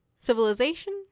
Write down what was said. civilization